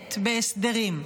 מעוניינת בהסדרים.